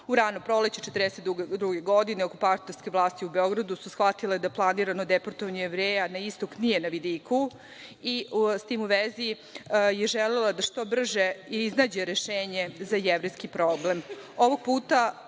rano proleće 1942. godine okupatorske vlasti u Beogradu su shvatile da planirano deportovanje Jevreja na istok nije na vidiku i sa tim u vezi je želela da što pre iznađe rešenje za jevrejski problem.